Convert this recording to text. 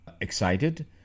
excited